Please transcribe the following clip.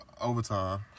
overtime